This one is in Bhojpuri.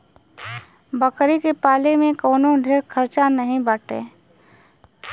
बकरी के पाले में कवनो ढेर खर्चा नाही बाटे